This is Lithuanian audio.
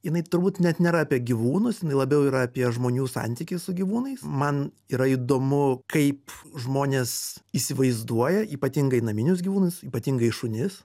jinai turbūt net nėra apie gyvūnus labiau yra apie žmonių santykį su gyvūnais man yra įdomu kaip žmonės įsivaizduoja ypatingai naminius gyvūnus ypatingai šunis